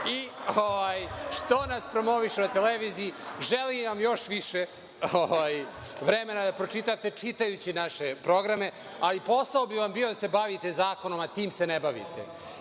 i što nas promovišu na televiziji. Želim vam još više vremena da pročitate čitajući naše programe, ali posao bi vam bio da se bavite zakonom, a time se ne bavite.